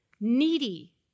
needy